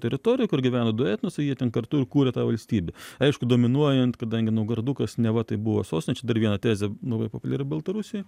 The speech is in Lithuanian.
teritorijoj kur gyvena du etnosai jie ten kartu ir kūrė tą valstybę aišku dominuojant kadangi naugardukas neva tai buvo sostinė čia dar viena tezė labai populiari yra baltarusijoj